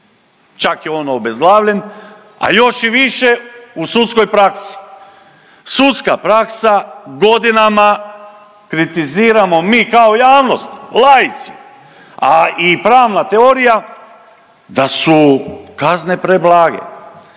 čak je i on obezglavljen, a još i više u sudskoj praksi. Sudska praksa godinama kritiziramo mi kao javnost, laici, a i pravna teorija da su kazne preblage,